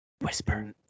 whisper